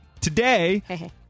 Today